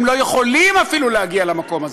לא יכולים אפילו להגיע למקום הזה?